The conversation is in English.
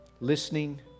listening